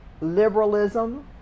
Liberalism